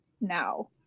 now